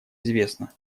известна